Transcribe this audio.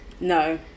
no